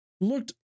looked